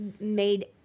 made